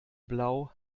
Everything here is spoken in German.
blau